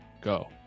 Go